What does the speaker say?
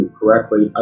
correctly